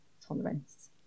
tolerance